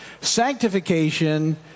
sanctification